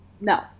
No